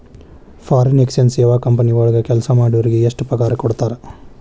Foreign exchange ಸೇವಾ company ವಳಗ್ ಕೆಲ್ಸಾ ಮಾಡೊರಿಗೆ ಎಷ್ಟ್ ಪಗಾರಾ ಕೊಡ್ತಾರ?